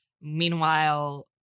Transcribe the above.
Meanwhile